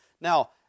Now